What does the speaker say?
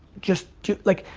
just like.